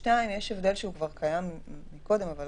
כך שתימנע כניסתם של אנשים שהציגו תוצאה שלילית כאמור במספר העולה על